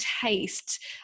taste